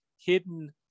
hidden